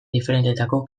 diferentetako